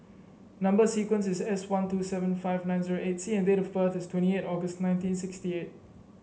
number sequence is S one two seven five nine zero eight C and date of birth is twenty eight August nineteen sixty eight